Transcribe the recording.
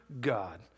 God